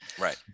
Right